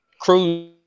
cruise